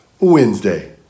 Wednesday